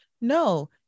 No